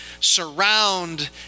surround